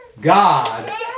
God